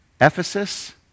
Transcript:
Ephesus